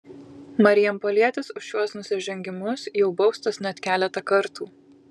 marijampolietis už šiuos nusižengimus jau baustas net keletą kartų